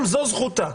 גם זו זכותה.